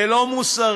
זה לא מוסרי,